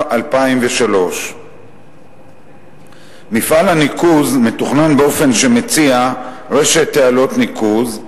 2003. מפעל הניקוז מתוכנן באופן שמציע רשת תעלות ניקוז,